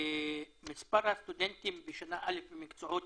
מספר הסטודנטים בשנה א' במקצועות